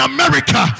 America